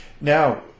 now